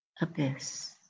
abyss